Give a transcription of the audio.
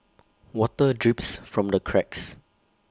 water drips from the cracks